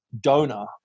donor